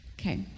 okay